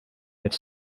was